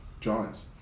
giants